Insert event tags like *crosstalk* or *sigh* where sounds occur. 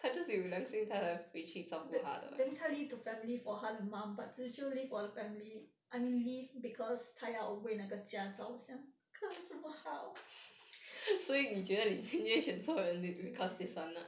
that means 他 leave the family for 他的 mom but zi qiu leave for the family I mean leave because 他要为那个家着想看这么好 *laughs*